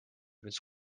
his